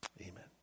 amen